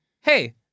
Hey